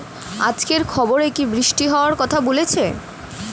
আজকের খবরে কি বৃষ্টি হওয়ায় কথা বলেছে?